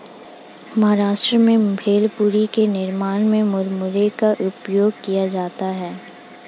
महाराष्ट्र में भेलपुरी के निर्माण में मुरमुरे का उपयोग किया जाता है